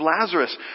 Lazarus